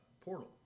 Portal